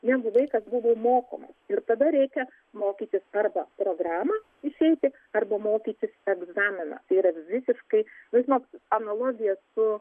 jeigu vaikas buvo mokomas ir tada reikia mokytis arba programą išeiti arba mokytis egzaminą tai yra visiškai nu žinot analogija su